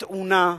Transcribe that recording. טעונה,